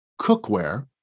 cookware